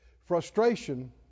frustration